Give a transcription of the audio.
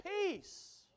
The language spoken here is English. peace